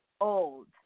old